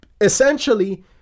essentially